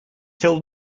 told